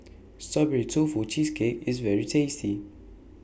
Strawberry Tofu Cheesecake IS very tasty